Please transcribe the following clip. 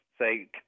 say